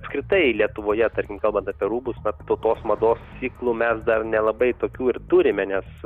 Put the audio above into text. apskritai lietuvoje tarkim kalbant apie rūbus vat po tos mados ciklų mes dar nelabai tokių ir turime nes